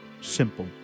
Simple